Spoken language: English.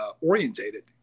orientated